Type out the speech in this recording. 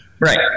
Right